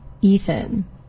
Ethan